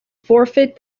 forfeit